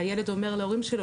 הילד אומר להורים שלו,